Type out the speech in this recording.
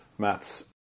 maths